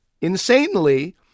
insanely